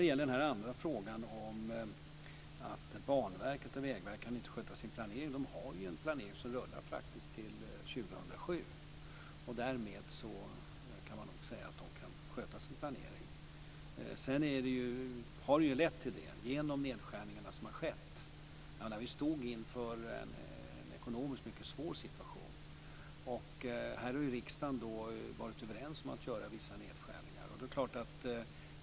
Så till den andra frågan om att Banverket och Vägverket inte kan sköta sin planering. De har en planering som rullar till 2007. Därmed kan man nog säga att de kan sköta sin planering. Sedan har det ju lett till detta genom de nedskärningar som har skett. Vi stod inför en ekonomiskt mycket svår situation. Riksdagen har varit överens om att göra vissa nedskärningar.